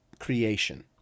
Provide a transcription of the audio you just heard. creation